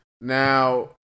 Now